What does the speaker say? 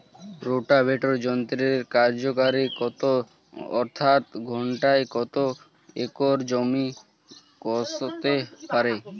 Rotavator যন্ত্রের কার্যকারিতা কত অর্থাৎ ঘণ্টায় কত একর জমি কষতে পারে?